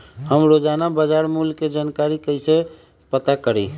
हम रोजाना बाजार मूल्य के जानकारी कईसे पता करी?